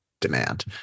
demand